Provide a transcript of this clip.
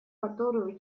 которую